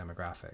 demographic